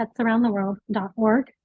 petsaroundtheworld.org